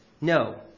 no